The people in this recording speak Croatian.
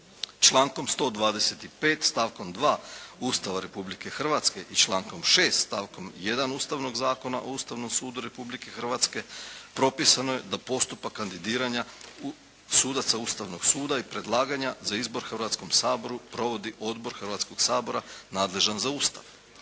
Člankom 125. stavkom 2. Ustava Republike Hrvatske i člankom 6. stavkom 1. Ustavnog zakona o Ustavnom sudu Republike Hrvatske propisano je da postupak kandidiranja sudaca Ustavnog suda i predlaganja za izbor Hrvatskom saboru provodi Odbor Hrvatskog sabora nadležan za Ustav.